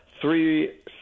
three